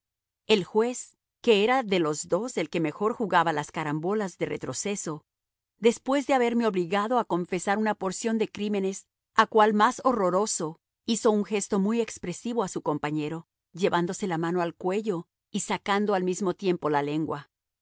el juez que era de los dos el que mejor jugaba las carambolas de retroceso después de haberme obligado a confesar una porción de crímenes a cual más horroroso hizo un gesto muy expresivo a su compañero llevándose la mano al cuello y sacando al mismo tiempo la lengua